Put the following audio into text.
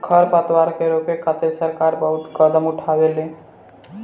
खर पतवार के रोके खातिर सरकार बहुत कदम उठावेले